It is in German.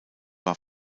war